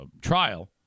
trial